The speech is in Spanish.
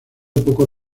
poco